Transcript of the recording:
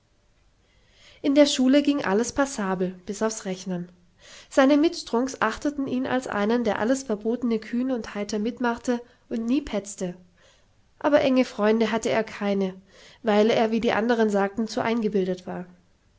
in der schule ging alles passabel bis aufs rechnen seine mitstrunks achteten ihn als einen der alles verbotene kühn und heiter mitmachte und nie petzte aber enge freunde hatte er keine weil er wie die andern sagten zu eingebildet war